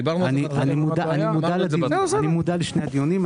מודע לשני הדיונים.